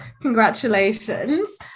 Congratulations